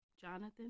jonathan